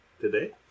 today